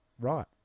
right